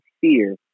fear